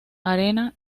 arena